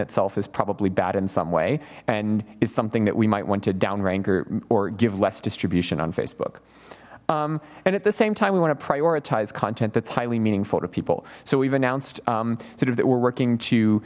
itself is probably bad in some way and is something that we might want to down rank or or give less distribution on facebook and at the same time we want to prioritize content that's highly meaningful to people so we've announced sort of that we're working to